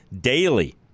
Daily